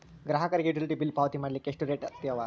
ಗ್ರಾಹಕರಿಗೆ utility bill ಪಾವತಿ ಮಾಡ್ಲಿಕ್ಕೆ ಎಷ್ಟ ರೇತಿ ಅವ?